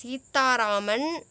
Sitharaman